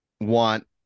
want